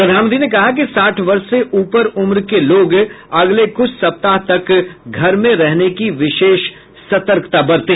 प्रधानमंत्री ने कहा कि साठ वर्ष से ऊपर उम्र के लोग अगले कुछ सप्ताह तक घर में रहने की विशेष सतर्कता बरतें